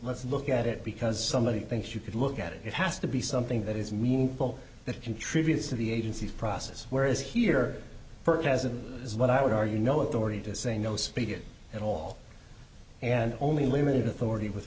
let's look at it because somebody thinks you could look at it it has to be something that is meaningful that contributes to the agency's process whereas here hasn't is what i would argue no authority to say no speak it at all and only limited authority with